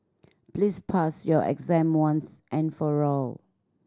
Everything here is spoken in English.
please pass your exam once and for all